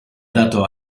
dato